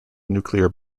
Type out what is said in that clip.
nuclear